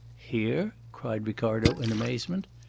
here? cried ricardo in amazement.